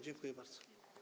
Dziękuję bardzo.